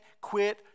quit